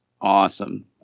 Awesome